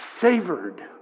savored